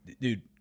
dude